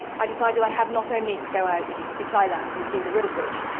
i decided i had not only to go out to thailand and see the real bridge,